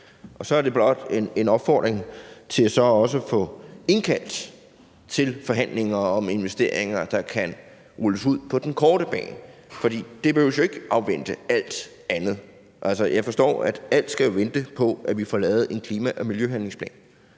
Og så er det blot en opfordring til også at få indkaldt til forhandlinger om investeringer, der kan rulles ud på den korte bane, fordi det behøver jo ikke at afvente alt andet. Altså, jeg forstår, at alt skal vente på, at vi får lavet en klima- og miljøhandlingsplan,